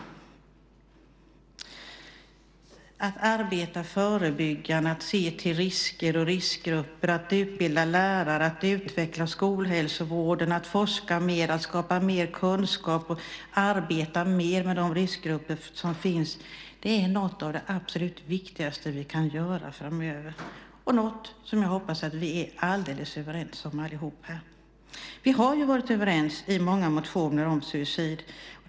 Att arbeta förebyggande, att se till risker och riskgrupper, att utbilda lärare, att utveckla skolhälsovården, att forska mer, att skapa mer kunskap och arbeta mer med de riskgrupper som finns är något av det absolut viktigaste vi kan göra framöver. Det är något som jag hoppas att vi alla är alldeles överens om. Vi har ju varit överens i många motioner om suicid.